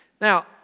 Now